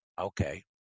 Okay